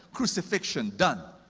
crucifixion done.